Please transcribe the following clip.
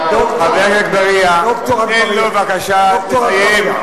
אגבאריה, חבר הכנסת אגבאריה, תן לו בבקשה לסיים.